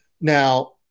Now